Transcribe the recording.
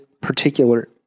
particular